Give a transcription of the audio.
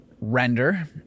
render